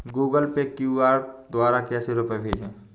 Google pay QR द्वारा कैसे रूपए भेजें?